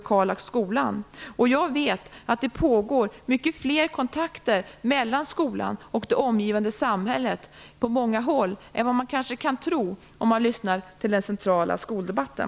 Jag vet att det på många håll pågår många fler kontakter mellan skolan och det omgivande samhället än vad man kanske kan tro när man lyssnar till den centrala skoldebatten.